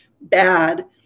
bad